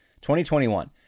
2021